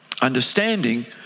understanding